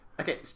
Okay